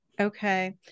Okay